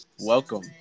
Welcome